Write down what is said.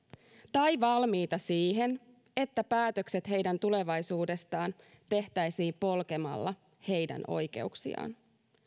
tai valmiita siihen että päätökset heidän tulevaisuudestaan tehtäisiin polkemalla heidän oikeuksiaan